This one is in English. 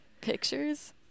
Pictures